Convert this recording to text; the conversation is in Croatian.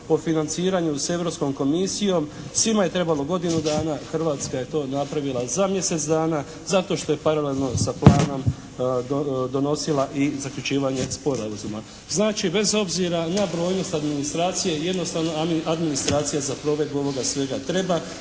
o financiranju s Europskom komisijom svima je trebalo godinu dana, Hrvatska je to napravila za mjesec dana. Zato što je paralelno sa planom donosila i zaključivanje sporazuma. Znači bez obzira na brojnost administracije jednostavno administracija za provedbu ovoga svega treba.